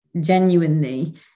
genuinely